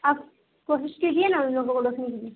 آپ کوشش کیجیے نا ان لوگوں کو روکنے کے لیے